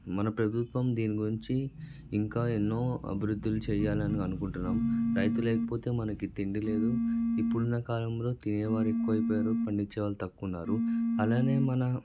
మన ప్రభుత్వం దీని గురించి ఇంకా ఎన్నో అభివృద్దులు చేయాలని అనుకుంటున్నాము రైతు లేకపోతే మనకి తిండి లేదు ఇప్పుడున్న కాలంలో తినేవారు ఎక్కువైపోయారు పండించే వాళ్ళు తక్కువున్నారు అలానే మన